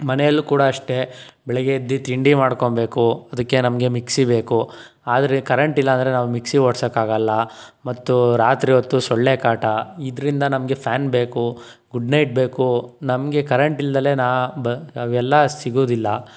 ಮನೆಯಲ್ಲೂ ಕೂಡ ಅಷ್ಟೇ ಬೆಳಿಗ್ಗೆ ಎದ್ದು ತಿಂಡಿ ಮಾಡ್ಕೊಬೇಕು ಅದಕ್ಕೆ ನಮಗೆ ಮಿಕ್ಸಿ ಬೇಕು ಆದರೆ ಕರೆಂಟಿಲ್ಲ ಅಂದರೆ ನಾವು ಮಿಕ್ಸಿ ಓಡ್ಸಕ್ಕೆ ಆಗಲ್ಲ ಮತ್ತು ರಾತ್ರಿ ಹೊತ್ತು ಸೊಳ್ಳೆ ಕಾಟ ಇದರಿಂದ ನಮಗೆ ಫ್ಯಾನ್ ಬೇಕು ಗುಡ್ ನೈಟ್ ಬೇಕು ನಮಗೆ ಕರೆಂಟ್ ಇಲ್ದಲೇ ನಾ ಅವೆಲ್ಲ ಸಿಗೋದಿಲ್ಲ